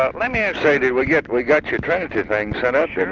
ah let me ask say, did we get, we got your trinity thing set up. and